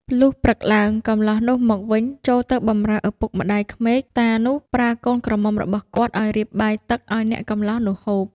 លុះព្រឹកឡើង កម្លោះនោះមកវិញចូលទៅបំរើឪពុកម្តាយក្មេក តានោះប្រើកូនក្រមុំរបស់គាត់ឱ្យរៀបបាយទឹកឱ្យអ្នកកម្លោះនោះហូប។